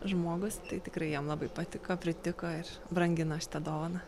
žmogus tai tikrai jam labai patiko pritiko ir brangina šitą dovaną